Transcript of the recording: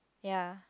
ya